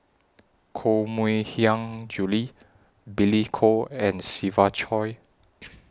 Koh Mui Hiang Julie Billy Koh and Siva Choy